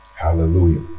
Hallelujah